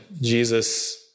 Jesus